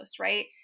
Right